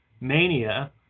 Mania